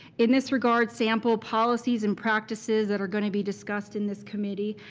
in this regard, sample policies and practices that are gonna be discussed in this committee,